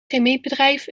chemiebedrijf